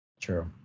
True